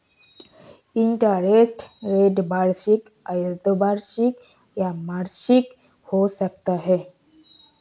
interest rate वार्षिक, अर्द्धवार्षिक या मासिक हो सकता है